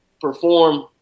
perform